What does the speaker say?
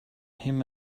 him